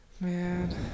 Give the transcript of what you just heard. man